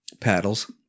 Paddles